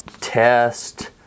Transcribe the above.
test